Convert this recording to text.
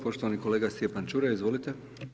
Poštovani kolega Stjepan Čuraj, izvolite.